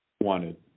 wanted